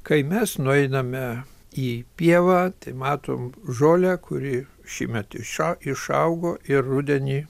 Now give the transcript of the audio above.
kai mes nueiname į pievą matom žolę kuri šįmet išau išaugo ir rudenį